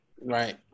Right